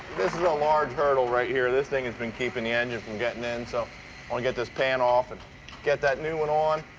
this is a large hurdle right here. this thing has been keeping the engine from getting in, so i want to get this pan off and get that new one on.